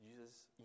Jesus